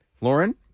Lauren